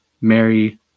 Mary